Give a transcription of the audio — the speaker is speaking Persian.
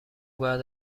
بعد